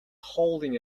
holding